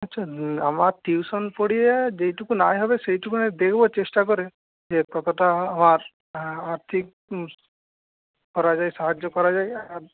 আচ্ছা আমার টিউশান পড়িয়ে যেটুকু আয় হবে সেইটুকু দেখবো চেষ্টা করে যে কতটা হওয়ার হ্যাঁ আর্থিক করা যায় সাহায্য করা যায় আর